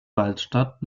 waldstadt